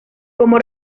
como